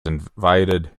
invited